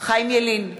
חיים ילין,